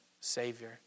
Savior